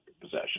possession